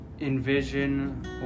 envision